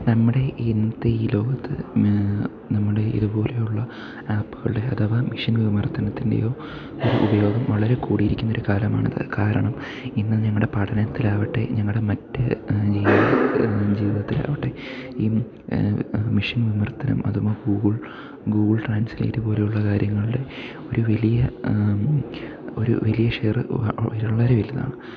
നമ്മുടെ ഈ ഇന്നത്തെ ഈ ലോകത്ത് നമ്മുടെ ഇതുപോലെ ഉള്ള ആപ്പുകളുടെയോ അഥവാ മെഷീൻ വിവർത്തനത്തിൻ്റെയോ ഉപയോഗം വളരെ കൂടിയിരിക്കുന്നൊരു കാലമാണിത് കാരണം ഇന്ന് ഞങ്ങളുടെ പഠനത്തിലാവട്ടെ ഞങ്ങളുടെ മറ്റു ജീവിതത്തിലാവട്ടെ ഈ മെഷീൻ വിവർത്തനം അഥവാ ഗൂഗിൾ ഗൂഗിൾ ട്രാൻസ്ലേറ്റ് പോലെയുള്ള കാര്യങ്ങളുടെ ഒരു വലിയ ഒരു വലിയ ഷെയറ് വളരെ വലുതാണ്